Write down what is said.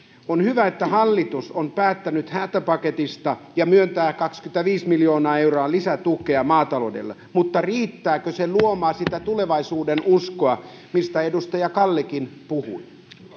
on hyvä että hallitus on päättänyt hätäpaketista ja myöntää kaksikymmentäviisi miljoonaa euroa lisätukea maataloudelle mutta riittääkö se luomaan sitä tulevaisuudenuskoa mistä edustaja kallikin puhui